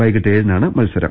വൈകിട്ട് ഏഴിനാണ് മത്സരം